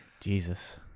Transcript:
Jesus